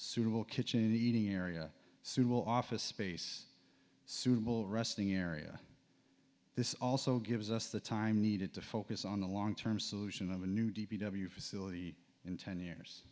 suitable kitchen eating area suitable office space suitable resting area this also gives us the time needed to focus on the long term solution of a new d p w facility in ten years